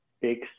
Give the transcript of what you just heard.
big